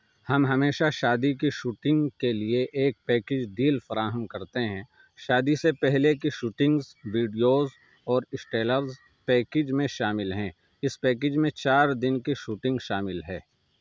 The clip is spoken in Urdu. ہم ہمیشہ شادی کی شوٹنگ کے لیے ایک پیکج ڈیل فراہم کرتے ہیں شادی سے پہلے کی شوٹنگز ویڈیوز اور اسٹیلز پیکج میں شامل ہیں اس پیکج میں چار دن کی شوٹنگ شامل ہے